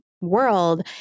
world